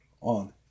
on